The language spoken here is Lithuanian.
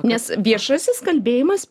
nes viešasis kalbėjimas